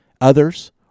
Others